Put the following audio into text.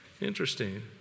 interesting